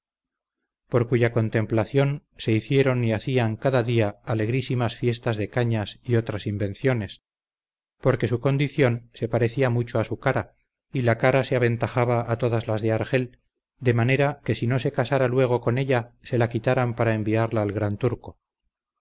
por cuya contemplación se hicieron y hacían cada día alegrísimas fiestas de cañas y otras invenciones porque su condición se parecía mucho a su cara y la cara se aventajaba a todas las de argel de manera que si no se casara luego con ella se la quitaran para enviarla al gran turco